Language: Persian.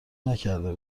نکرده